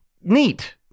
neat